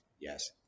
Yes